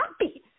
happy